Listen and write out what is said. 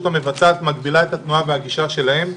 המבצעת מגבילה את התנועה והגישה שלהם,